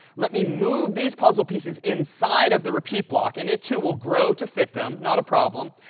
let me move these puzzle pieces inside of the repeat block, and it, too, will grow to fit them. not a problem.